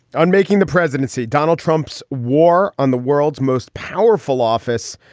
unmaking the presidency. donald trump's war on the world's most powerful office.